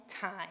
time